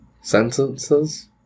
sentences